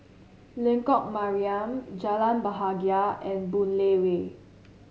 Lengkok Mariam Jalan Bahagia and Boon Lay Way